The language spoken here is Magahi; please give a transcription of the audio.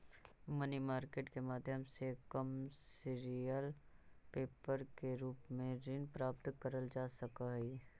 मनी मार्केट के माध्यम से कमर्शियल पेपर के रूप में ऋण प्राप्त कईल जा सकऽ हई